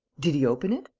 did he open it?